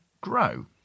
grow